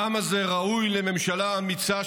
העם הזה ראוי לממשלה אמיצה,